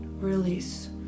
release